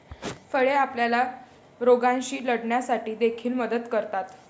फळे आपल्याला रोगांशी लढण्यासाठी देखील मदत करतात